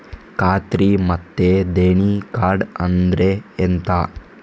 ಖಾತ್ರಿ ಮತ್ತೆ ದೇಣಿ ಕಾರ್ಡ್ ಅಂದ್ರೆ ಎಂತ?